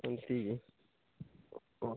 ହଉ ଠିକ୍ ଅଛି ହଉ